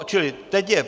Čili teď je...